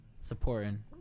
supporting